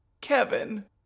Kevin